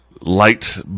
light